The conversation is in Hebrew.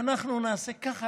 ואנחנו נעשה ככה,